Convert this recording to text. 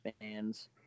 fans